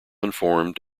informed